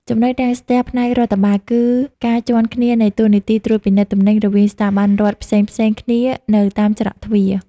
ចំណុចរាំងស្ទះផ្នែករដ្ឋបាល គឺការជាន់គ្នានៃតួនាទីត្រួតពិនិត្យទំនិញរវាងស្ថាប័នរដ្ឋផ្សេងៗគ្នានៅតាមច្រកទ្វារ។